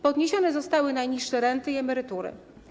Podniesione zostały najniższe renty i emerytury.